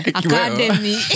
academy